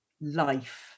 life